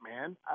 man